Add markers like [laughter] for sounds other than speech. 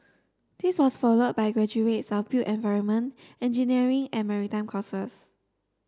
this was follow by graduate [unintelligible] built environment engineering and maritime courses